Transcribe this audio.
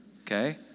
okay